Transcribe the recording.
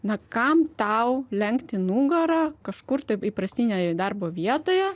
na kam tau lenkti nugarą kažkur taip įprastinėj darbo vietoje